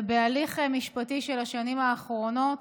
ובהליך משפטי של השנים האחרונות,